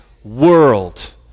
World